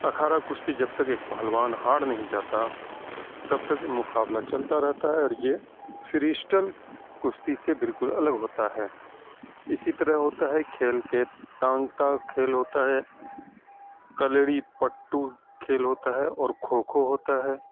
اکھاڑا کشتی جب تک ایک پہلوان ہار نہیں جاتا تب تک مقابلہ چلتا رہتا ہے اور یہ فریسٹل کشتی سے بالکل الگ ہوتا ہے اسی طرح ہوتا ہے کھیل کے تانتا کھیل ہوتا ہے کلیڑی پٹو کھیل ہوتا ہے اور کھوکھو ہوتا ہے